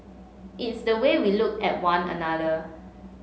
it's the way we look at one another